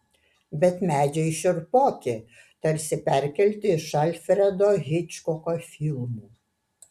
bet medžiai šiurpoki tarsi perkelti iš alfredo hičkoko filmų